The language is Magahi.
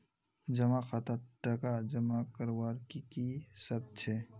जमा खातात टका जमा करवार की की शर्त छे?